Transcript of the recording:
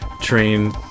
train